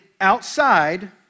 outside